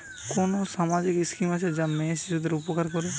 কোন সামাজিক স্কিম আছে যা মেয়ে শিশুদের উপকার করে?